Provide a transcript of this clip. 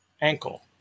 ankle